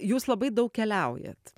jūs labai daug keliaujat